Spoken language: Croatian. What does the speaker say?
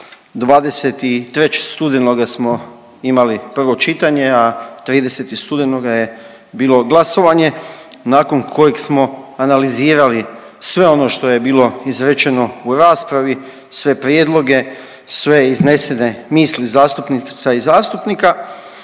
23. studenoga smo imali prvo čitanje, a 30. studenoga je bilo glasovanje nakon kojeg smo analizirali sve ono što je bilo izrečeno u raspravi, sve prijedloge, sve iznesene misli zastupnica i zastupnika.